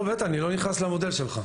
לא, באמת, אני לא נכנס למודל שלך.